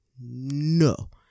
No